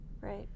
right